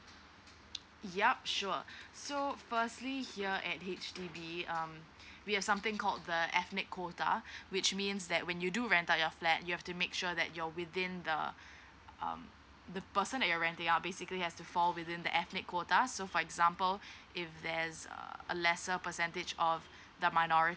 yup sure so firstly here at H_D_B um we have something called the ethnic quota which means that when you do rent out your flat you have to make sure that you're within the um the person that you're renting out basically has to fall within the ethnic quota so for example if there's uh a lesser percentage of the minority